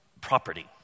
property